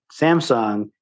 Samsung